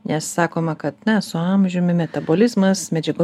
nes sakoma kad na su amžiumi metabolizmas medžiagų